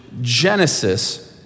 Genesis